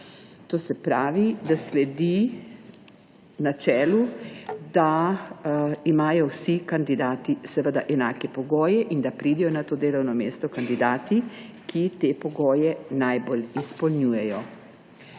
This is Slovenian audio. To se pravi, da sledi načelu, da imajo vsi kandidati enake pogoje in da pridejo na to delovno mesto kandidati, ki te pogoje najbolj izpolnjujejo.